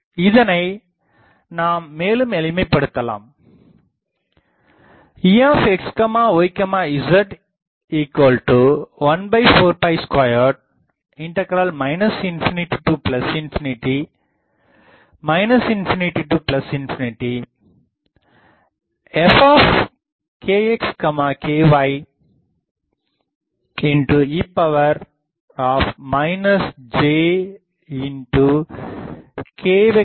இதனை நாம் மேலும் எளிமைபடுத்தலாம் Exyz142 ∞∞∞∞ fkxky e jk